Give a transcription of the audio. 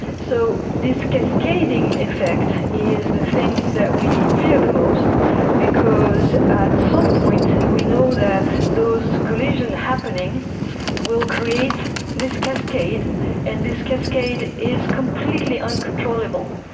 so this cascading effect is the thing that we fear the most because at some point we know that those collisions happening will create this cascade and this cascade is completely uncontrollable.